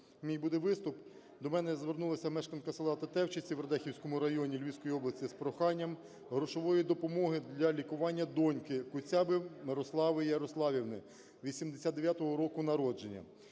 мій буде виступ. До мене звернулася мешканка селаТетевчиці в Радехівському районі Львівської області з проханням грошової допомоги для лікування доньки Куцяби Мирослави Ярославівни 1989 року народження.